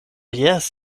jes